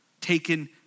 taken